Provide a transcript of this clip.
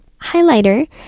Highlighter